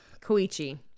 Koichi